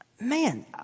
Man